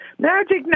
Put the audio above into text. Magic